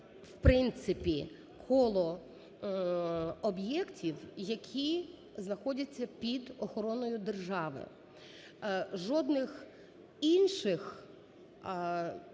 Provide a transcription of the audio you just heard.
в принципі коло об'єктів, які знаходять під охороною держави. Жодних інших